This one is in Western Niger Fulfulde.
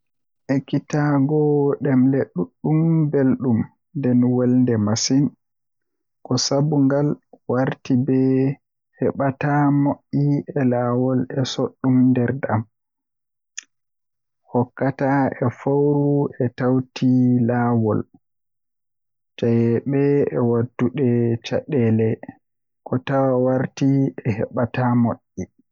Ekitaago ɗemle ɗuɗɗum belɗum nden welnde masin Ko sabu ngal, warti ɓe heɓata moƴƴi e laawol e soodun nder ɗam, hokkataa e fowru e tawti laawol, jeyaaɓe e waɗtude caɗeele. Ko tawa warti ɓe heɓata moƴƴi.